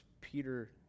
Peter